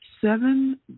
seven